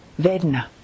Vedna